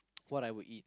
what I would eat